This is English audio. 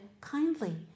kindly